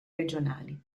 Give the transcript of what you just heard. regionali